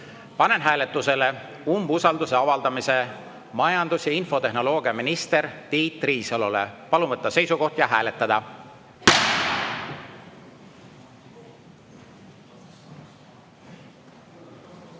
Panen hääletusele umbusalduse avaldamise majandus- ja infotehnoloogiaminister Tiit Riisalole. Palun võtta seisukoht ja hääletada!